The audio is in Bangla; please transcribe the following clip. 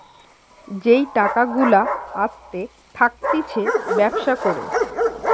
যেই টাকা গুলা আসতে থাকতিছে ব্যবসা করে